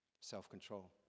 self-control